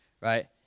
right